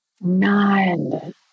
None